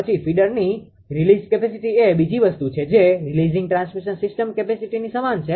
પછી ફીડરની release capacity એ બીજી વસ્તુ છે જે રીલીઝીંગ ટ્રાન્સમિશન સિસ્ટમ કેપેસીટીની સમાન છે